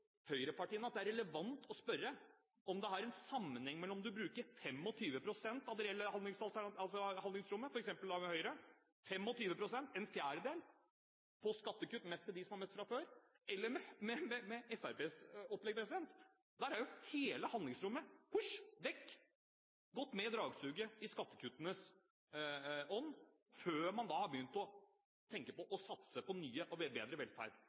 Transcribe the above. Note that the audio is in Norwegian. høyrepartiene at det er relevant å spørre om det er en sammenheng mellom å bruke f.eks. Høyres opplegg, med 25 pst., en fjerdedel, av det reelle handlingsrommet på skattekutt – mest til dem som har mest fra før – og Fremskrittspartiets opplegg, der hele handlingsrommet er gått med i dragsuget i skattekuttenes ånd før man har begynt å tenke på å satse på ny og bedre velferd.